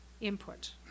input